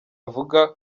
vuga